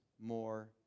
more